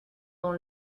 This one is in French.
dans